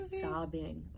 sobbing